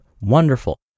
wonderful